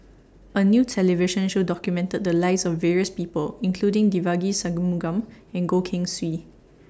A New television Show documented The Lives of various People including Devagi Sanmugam and Goh Keng Swee